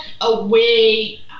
away